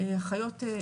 אחיות,